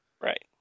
Right